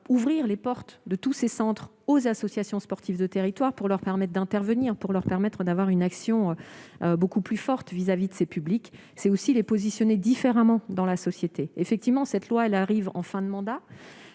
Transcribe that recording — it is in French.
Ouvrir les portes de tous ces centres aux associations sportives de territoire pour leur permettre d'intervenir et d'avoir une action beaucoup plus forte vis-à-vis de ces publics, c'est aussi les positionner différemment dans la société. Certes, la proposition de loi arrive en fin de mandat.